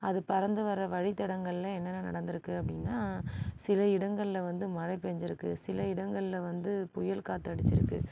அது பறந்து வர வழி தடங்களில் என்னென்ன நடந்திருக்கு அப்படின்னா சில இடங்களில் வந்து மழை பெஞ்சிருக்கு சில இடங்களில் வந்து புயல் காற்று அடிச்சிருக்குது